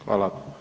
Hvala.